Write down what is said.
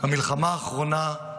המלחמה האחרונה,